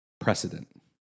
Precedent